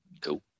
Cool